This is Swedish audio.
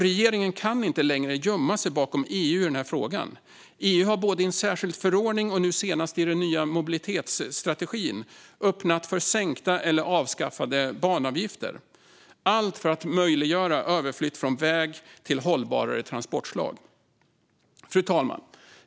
Regeringen kan inte längre gömma sig bakom EU i den här frågan. EU har både i en särskild förordning och nu senast i den nya mobilitetsstrategin öppnat för sänkta eller avskaffade banavgifter, allt för att möjliggöra en överflyttning från väg till hållbarare transportslag. Fru talman!